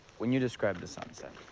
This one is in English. when you described the sunset,